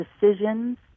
decisions